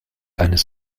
eines